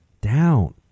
down